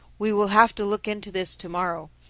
we will have to look into this to-morrow.